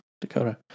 Dakota